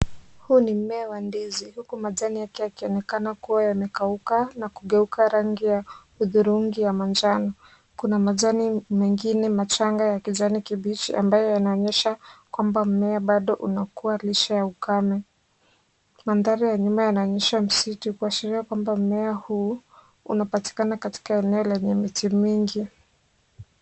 Huu ni mmea wa ndizi, huku majani yake yakionekana kuwa yamekauka na kugeuka rangi ya hudhurungi ya manjano. Kuna majani mengine machanga ya kijani kibichi ambayo yanaonyesha kwamba mmea bado unakua licha ya ukame. Mandhari ya nyuma yanaonyesha msitu kuashiria kwamba mmea huu unapatikana katika eneo lenye miti mingi.